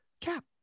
cap